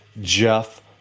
Jeff